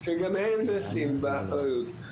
שגם הם נושאים באחריות.